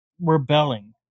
rebelling